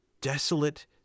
desolate